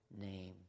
name